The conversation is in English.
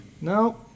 No